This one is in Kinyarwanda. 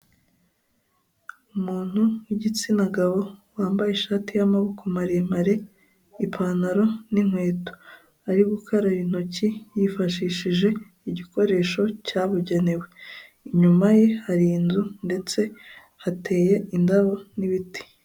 Umuntu w'igitsina gabo wambaye ishati y'amaboko maremare, ipantaro n'inkweto. Ari gukaraba intoki yifashishije igikoresho cyabugenewe. Inyuma ye hari inzu ndetse hateye indabo n'ibiti.